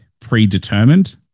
predetermined